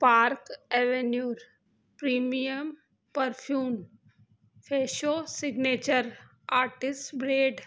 park Avenue premium perfume Fresho signature artisan bread